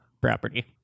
property